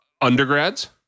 Undergrads